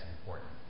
important